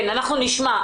כן, אנחנו נשמע.